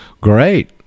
great